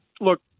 Look